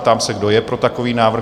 Ptám se, kdo je pro takový návrh?